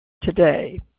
today